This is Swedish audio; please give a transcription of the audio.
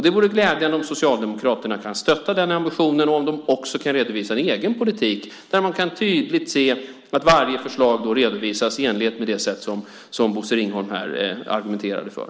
Det vore glädjande om Socialdemokraterna kunde stötta den ambitionen och också kunde redovisa en egen politik där man tydligt kan se att varje förslag redovisas i enlighet med det sätt som Bosse Ringholm argumenterade för.